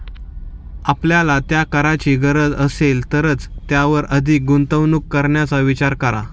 आपल्याला त्या कारची गरज असेल तरच त्यावर अधिक गुंतवणूक करण्याचा विचार करा